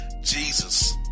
Jesus